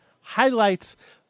highlights